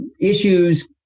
issues